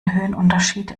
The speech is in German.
höhenunterschied